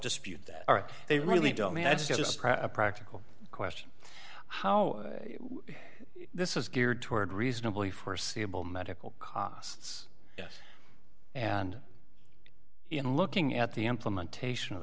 dispute that are they really don't mean it's just a practical question how this is geared toward reasonably foreseeable medical costs and in looking at the implementation of